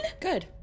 Good